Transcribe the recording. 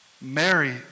Mary